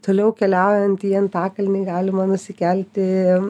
toliau keliaujant į antakalnį galima nusikelti